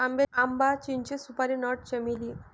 आंबा, चिंचे, सुपारी नट, चमेली